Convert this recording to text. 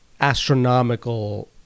astronomical